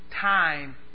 Time